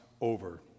over